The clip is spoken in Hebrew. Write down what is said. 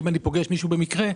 אם אני פוגש במקרה מישהו,